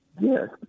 Yes